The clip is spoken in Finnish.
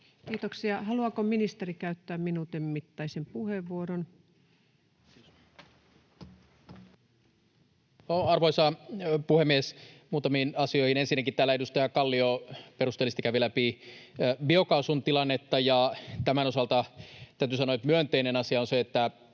Kiitoksia. — Haluaako ministeri käyttää minuutin mittaisen puheenvuoron? Arvoisa puhemies! Muutamiin asioihin: Ensinnäkin täällä edustaja Kallio perusteellisesti kävi läpi biokaasun tilannetta, ja tämän osalta täytyy sanoa, että myönteinen asia on se, että